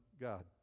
God